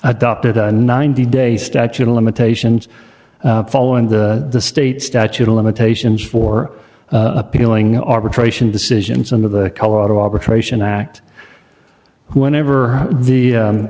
adopted a ninety day statute of limitations following the state statute of limitations for appealing arbitration decisions under the colorado arbitration act whenever the